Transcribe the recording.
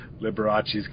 Liberace's